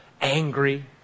angry